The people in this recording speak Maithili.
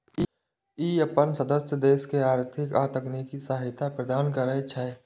ई अपन सदस्य देश के आर्थिक आ तकनीकी सहायता प्रदान करै छै